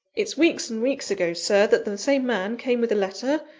it's weeks and weeks ago, sir, that the same man came with a letter,